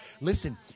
Listen